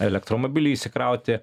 elektromobilį įsikrauti